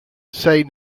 say